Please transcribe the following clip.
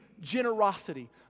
generosity